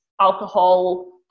alcohol